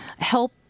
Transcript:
help